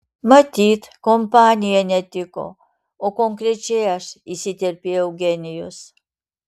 matyt kompanija netiko o konkrečiai aš įsiterpė eugenijus